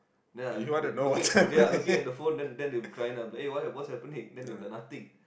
ya ya looking at the phone then then then they will crying hey bro what's happening then they will be like nothing